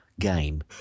Game